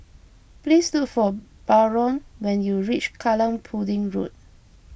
please look for Barron when you reach Kallang Pudding Road